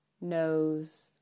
nose